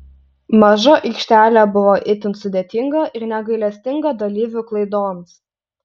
maža aikštelė buvo itin sudėtinga ir negailestinga dalyvių klaidoms